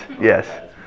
yes